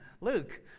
Luke